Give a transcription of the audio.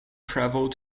travel